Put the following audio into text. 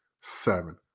seven